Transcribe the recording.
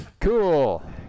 Cool